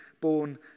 born